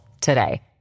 today